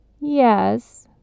yes